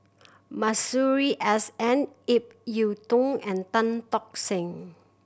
Masuri S N Ip Yiu Tung and Tan Tock Seng